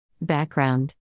Background